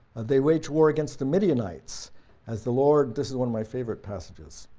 they waged war against the midianites as the lord this is one of my favorite passages